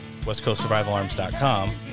westcoastsurvivalarms.com